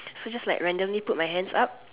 so I just randomly put my hands up